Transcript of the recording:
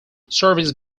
service